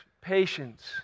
patience